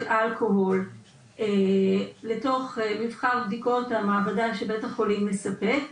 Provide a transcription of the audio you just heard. אלכוהול לתוך מבחר בדיקות המעבדה שבית החולים מספר,